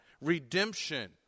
redemption